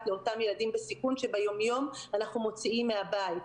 לאותם ילדים בסיכון שביומיום אנחנו מוציאים מהבית.